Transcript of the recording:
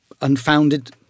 unfounded